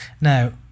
Now